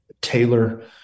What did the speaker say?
Taylor